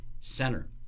Center